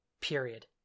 period